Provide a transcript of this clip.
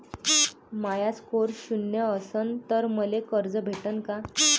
माया score शून्य असन तर मले कर्ज भेटन का?